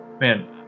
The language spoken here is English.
man